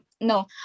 no